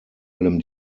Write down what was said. allem